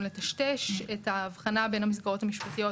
לטשטש את ההבחנה בין המסגרות המשפטיות,